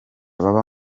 baba